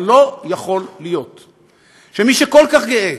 אבל לא יכול להיות שמי שכל כך גאה,